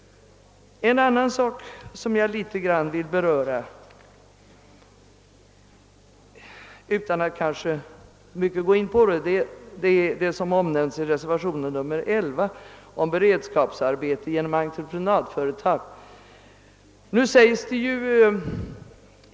En annan sak, som jag vill beröra utan att närmare gå in på den, är förslaget i reservationen 11 vid statsutskottets utlåtande nr 58 om beredskapsarbete genom entreprenadföretag.